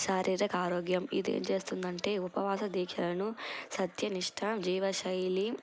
శారీరక ఆరోగ్యం ఇదేం చేస్తుంది అంటే ఉపవాస దీక్షలను సత్యనిష్ట జీవశైలి